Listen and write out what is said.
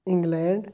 England